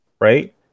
right